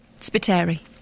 Spiteri